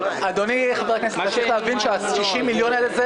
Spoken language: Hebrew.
אדוני חבר הכנסת צריך להבין ש- 60 מיליון האלה,